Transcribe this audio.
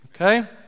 Okay